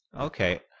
Okay